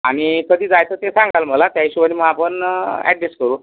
आणि कधी जायचं ते सांगाल मला त्या हिशेबाने मग आपण एडजेस्ट करू